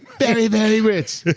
very, very rich.